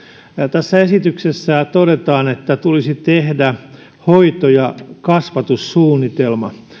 tässä esityksessä todetaan että tulisi tehdä hoito ja kasvatussuunnitelma